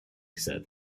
said